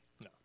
No